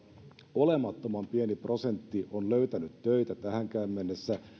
olemattoman pieni prosentti on löytänyt töitä tähänkään mennessä